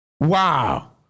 Wow